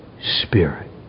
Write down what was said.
Spirit